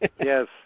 Yes